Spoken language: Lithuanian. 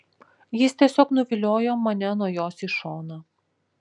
jis tiesiog nuviliojo mane nuo jos į šoną